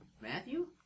Matthew